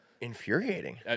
Infuriating